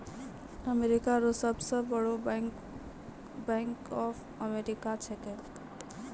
America रो सब से बड़ो बैंक बैंक ऑफ अमेरिका छैकै